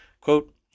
Quote